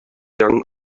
young